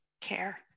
care